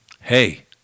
hey